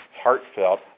heartfelt